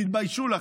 תתביישו לכם.